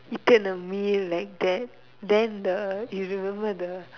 eaten a meal like that then the you remember the